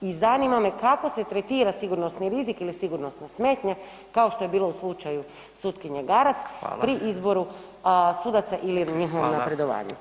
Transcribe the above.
I zanima me kako se tretira sigurnosni rizik ili sigurnosne smetnje kao što je bilo u slučaju sutkinje Garac pri izboru sudaca ili njihovom napredovanju.